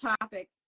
topic